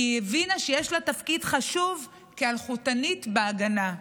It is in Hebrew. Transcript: כי הבינה שיש לה תפקיד חשוב כאלחוטנית בהגנה.